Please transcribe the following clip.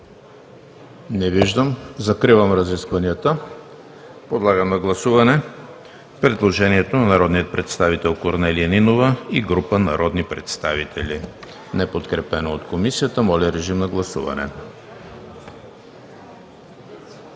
Няма. Закривам разискванията. Подлагам на гласуване предложението на народния представител Корнелия Нинова и група народни представители, неподкрепено от Комисията. Гласували